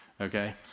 okay